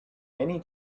many